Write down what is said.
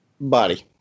body